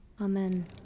Amen